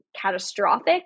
catastrophic